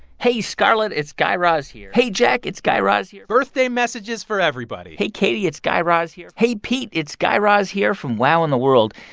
hey, scarlett. it's guy raz here hey, jack. it's guy raz here birthday messages for everybody hey, katy. it's guy raz here hey, pete. it's guy raz here from wow in the world.